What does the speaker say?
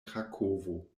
krakovo